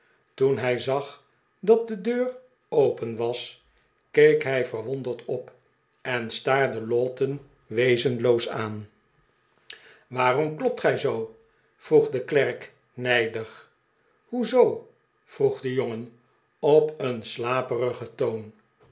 toen hij zag dat de deur open was keek hij verwonderd op en staarde lowten wezenloos aan waarom klopt gij zoo vroeg de klerk nijdig hoe zoo vroeg de jongen op een slaperigen toon